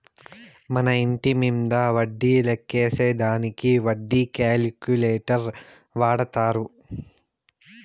మన ఇంటి రుణం మీంద వడ్డీ లెక్కేసే దానికి వడ్డీ క్యాలిక్యులేటర్ వాడతారు